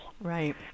Right